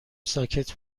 ساکت